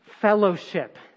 Fellowship